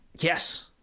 yes